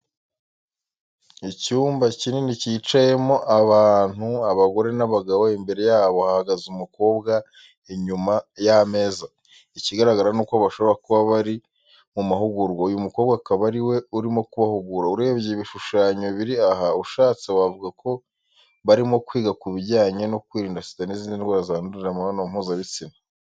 Icyumba kinini cyicayemo abantu, abagore n'abagabo, imbere yabo hahagaze umukobwa inyuma ya meza. Ikigaragara nuko bashobora kuba bari mu mahugurwa. Uyu mukobwa akaba ariwe urimo kubahugura, urebye ibishushanyo biri aha, ushatse wavuga ko barimo kwiga kubijyanye no kwirinda Sida n'izindi ndwara zandurira mu mibonano mpuzabitsina.